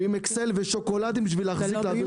ועם משקה XL ושוקולדים בשביל להחזיק ולהעביר את היום.